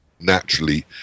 naturally